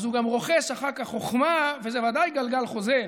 אז הוא גם רוכש אחר כך חוכמה, וזה ודאי גלגל חוזר.